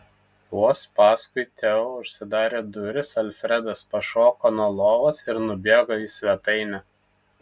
vos paskui teo užsidarė durys alfredas pašoko nuo lovos ir nubėgo į svetainę